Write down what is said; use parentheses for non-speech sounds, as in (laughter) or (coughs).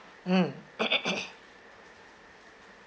mm (coughs)